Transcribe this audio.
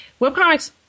webcomics